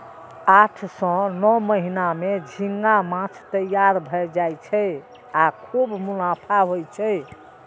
आठ सं नौ महीना मे झींगा माछ तैयार भए जाय छै आ खूब मुनाफा होइ छै